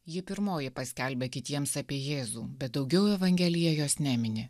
ji pirmoji paskelbia kitiems apie jėzų bet daugiau evangelija jos nemini